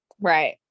right